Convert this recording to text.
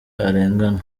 arengana